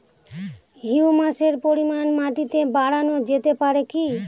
হিউমাসের পরিমান মাটিতে বারানো যেতে পারে কি?